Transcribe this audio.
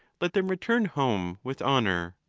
let them return home with honour.